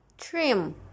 Trim